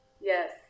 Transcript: Yes